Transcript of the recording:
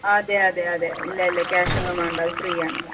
ആ അതെ അതെ അതെ ഇല്ല ഇല്ല ക്യാഷ് ഒന്നും വേണ്ട ഫ്രീ ആണ്